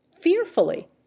fearfully